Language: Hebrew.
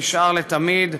שנשאר לתמיד,